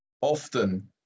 often